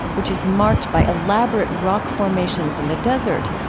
which is marked by elaborate rock formations in the desert,